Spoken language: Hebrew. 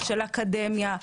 של אקדמיה,